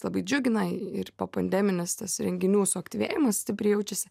labai džiugina ir popandeminis tas renginių suaktyvėjimas stipriai jaučiasi